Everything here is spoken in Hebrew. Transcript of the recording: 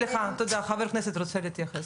סליחה, חבר כנסת רוצה להתייחס.